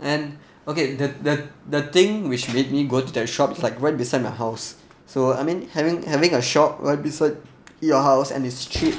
and okay the the the thing which made me go to their shop is like right beside my house so I mean having having a short ride beside your house and it's cheap